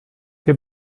wir